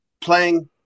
playing